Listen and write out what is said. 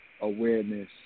Awareness